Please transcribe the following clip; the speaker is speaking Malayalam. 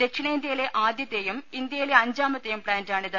ദക്ഷിണേന്തൃയിലെ ആദ്യത്തേയും ഇന്തൃയിലെ അഞ്ചാമത്തെയും പ്ലാന്റാണിത്